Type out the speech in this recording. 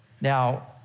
Now